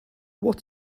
what